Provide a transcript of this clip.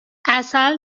عسل